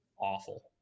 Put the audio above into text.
awful